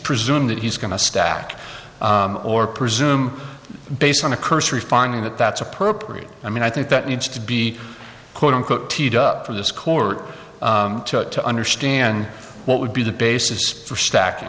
presume that he's going to stack or presume based on a cursory finding that that appropriate i mean i think that needs to be quote unquote teed up for this court to understand what would be the basis for stacking